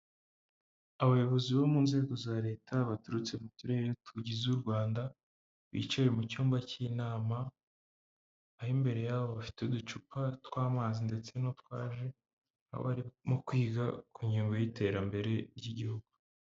Abayobozi bo mu nzego za leta baturutse mu turere tugize u Rwanda bicaye mu cyumba cy'inama, aho imbere yabo bafite uducupa tw'amazi ndetse n'utwa ji, aho barimo kwiga ku ngingo y'iterambere ry'igihugu.